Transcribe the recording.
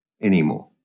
anymore